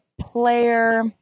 player